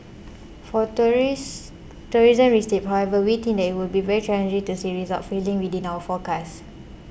for tourism receipts however we think it would be very challenging to see results falling within our forecast